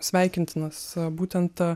sveikintinas būtent